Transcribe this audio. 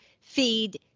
feed